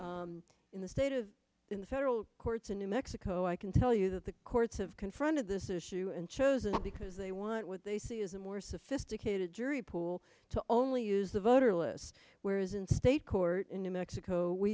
in the state is in the federal courts in new mexico i can tell you that the courts have confronted this issue and chosen because they want what they see is a more sophisticated jury pool to only use the voter lists whereas in state court in new mexico we